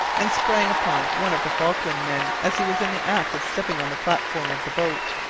and sprang upon one of the falklands men as he was in the act of stepping on the platform of the boat,